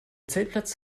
zeltplatz